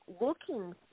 looking